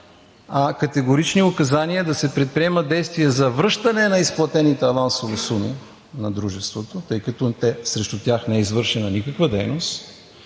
категорични указания да се предприемат действия за връщане на изплатените авансови суми на дружеството, тъй като срещу тях не е извършена никаква дейност